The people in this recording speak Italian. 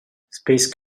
space